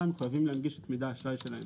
מחויבים להגיש את מידע האשראי שלהם.